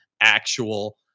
actual